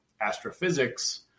astrophysics